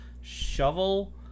shovel